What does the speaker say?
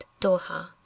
Doha